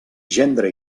gendre